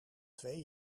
twee